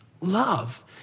love